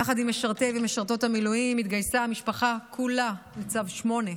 יחד עם משרתי ומשרתות המילואים התגייסה המשפחה כולה לצו 8,